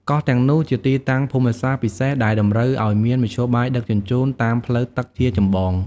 កោះទាំងនោះ ជាទីតាំងភូមិសាស្ត្រពិសេស ដែលតម្រូវឱ្យមានមធ្យោបាយដឹកជញ្ជូនតាមផ្លូវទឹកជាចម្បង។